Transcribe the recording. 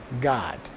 God